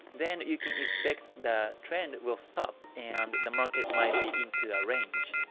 then you can expect the trend will stop and the market might be into a range.